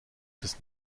des